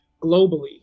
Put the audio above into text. globally